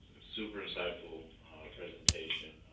super insightful presentation,